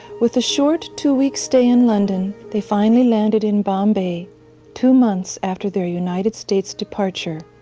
with a short two week stay in london they finally landed in bombay two months after their united states departure,